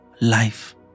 life